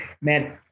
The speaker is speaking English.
man